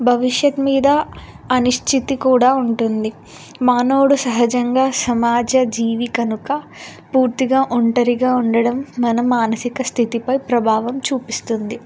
భవిష్యత్తు మీద అనిశ్చితి కూడా ఉంటుంది మానోవుడు సహజంగా సమాజ జీవికనుక పూర్తిగా ఒంటరిగా ఉండడం మన మానసిక స్థితిపై ప్రభావం చూపిస్తుంది